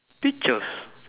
peaches